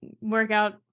workout